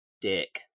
dick